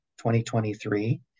2023